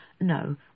No